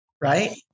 right